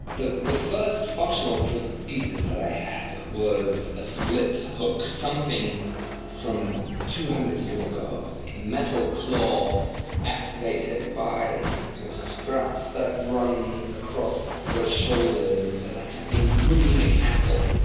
the the first functional prosthesis that i had was a split hook, something from two hundred years ago, like a metal claw activated by straps that run across the shoulders, like something really mechanical.